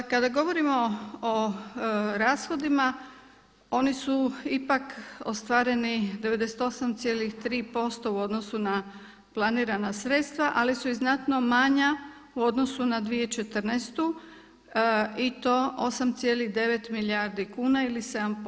Kada govorimo o rashodima oni su ipak ostvareni 98,3% u odnosu na planirana sredstva, ali su i znatno manja u odnosu na 2014. i to 8,9 milijardi kuna ili 7%